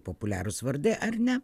populiarūs vardai ar ne